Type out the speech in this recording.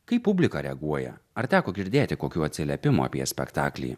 kaip publika reaguoja ar teko girdėti kokių atsiliepimų apie spektaklį